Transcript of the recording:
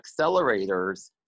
accelerators